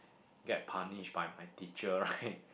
get punished by my teacher right